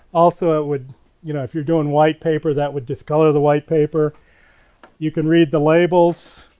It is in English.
also it would you know if your doing white paper that would discolor the white paper you can read the labels,